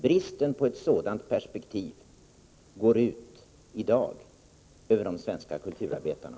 Bristen på ett sådant perspektiv hos socialdemokraterna går i dag ut över de svenska kulturarbetarna.